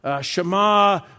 Shema